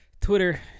Twitter